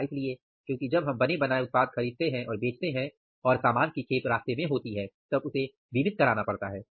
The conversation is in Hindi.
ऐसा इसलिए क्योंकि जब हम बने बनाए उत्पाद खरीदते हैं और बेचते हैं और सामान की खेप रास्ते में होती है तब हमें उसे बीमित कराना पड़ता है